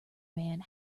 man